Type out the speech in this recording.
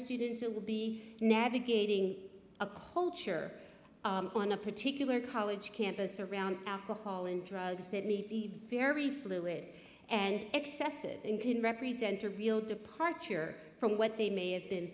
students who will be navigating a culture on a particular college campus around after hall and drugs that may be very fluid and excessive and can represent a real departure from what they may have been